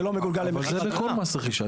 אז זה לא מגולגל למחיר הדירה?